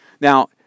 Now